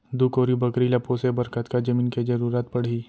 दू कोरी बकरी ला पोसे बर कतका जमीन के जरूरत पढही?